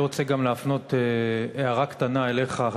אני רוצה גם להפנות הערה קטנה אליך,